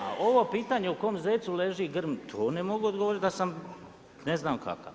A ovo pitanje, u kojem zecu leži grm, to ne mogu odgovoriti da sam ne znam kakav.